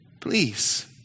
Please